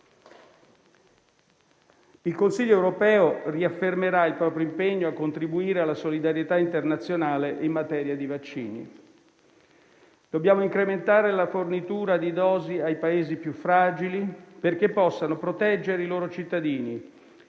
Il Consiglio europeo riaffermerà il proprio impegno a contribuire alla solidarietà internazionale in materia di vaccini. Dobbiamo incrementare la fornitura di dosi ai Paesi più fragili, perché possano proteggere i loro cittadini